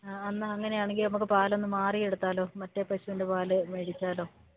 ആ എന്നാൽ അങ്ങനെയാണെങ്കിൽ നമുക്ക് പാലൊന്നു മാറിയെടുത്താലോ മറ്റേ പശുവിൻ്റെ പാൽ വേടിക്കാമല്ലോ